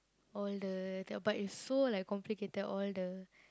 all the d~ but it's so like complicated all the